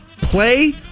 play